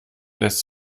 lässt